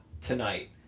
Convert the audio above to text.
tonight